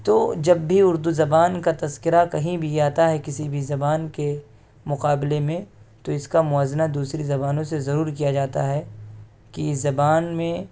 تو جب بھی اردو زبان کا تذکرہ کہیں بھی آتا ہے کسی بھی زبان کے مقابلے میں تو اس کا موازنہ دوسری زبانوں سے ضرور کیا جاتا ہے کہ اس زبان میں